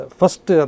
first